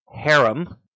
harem